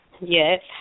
Yes